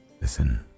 Listen